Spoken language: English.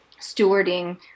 stewarding